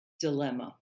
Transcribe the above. dilemma